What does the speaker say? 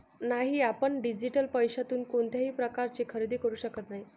नाही, आपण डिजिटल पैशातून कोणत्याही प्रकारचे खरेदी करू शकत नाही